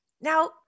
Now